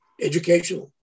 Educational